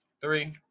Three